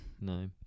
No